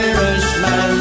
Irishman